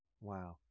Wow